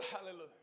Hallelujah